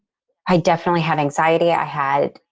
i definitely have anxiety. i had,